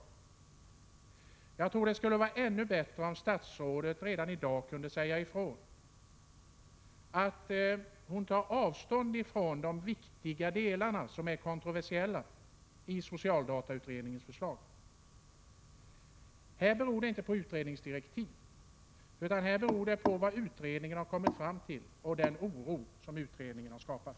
Men jag tror att det skulle vara ännu bättre om statsrådet redan i dag kunde säga ifrån att hon tar avstånd från de viktiga delar av socialdatautredningens förslag som är kontroversiella. Det är inte utredningsdirektiven som är avgörande, utan det avgörande är vad utredningen har kommit fram till samt den oro som utredningen har skapat.